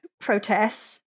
protests